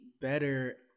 better